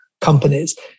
companies